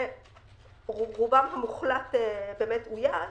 ורובם המוחלט אויש.